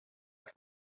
that